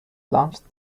launched